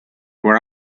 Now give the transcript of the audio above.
were